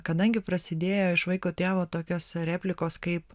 kadangi prasidėjo iš vaiko tėvo tokios replikos kaip